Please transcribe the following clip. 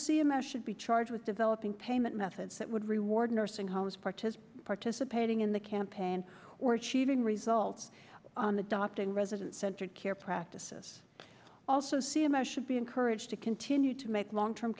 a should be charged with developing payment methods that would reward nursing homes part as participating in the campaign or achieving results on the doctor and resident centered care practices also see him a should be encouraged to continue to make long term